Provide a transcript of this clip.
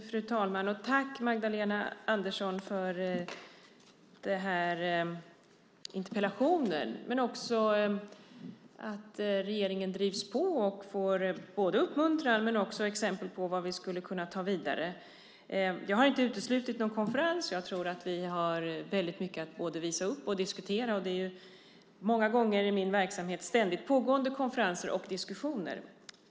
Fru talman! Tack, Magdalena Andersson, för interpellationen men också för att regeringen drivs på och får både uppmuntran och exempel på vad vi skulle kunna ta vidare! Jag har inte uteslutit en konferens, jag tror att vi har mycket att både visa upp och diskutera. Det är i min verksamhet många gånger ständigt pågående konferenser och diskussioner.